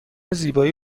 زیبایی